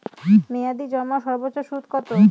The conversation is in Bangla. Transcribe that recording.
মেয়াদি জমার সর্বোচ্চ সুদ কতো?